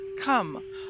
Come